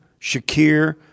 Shakir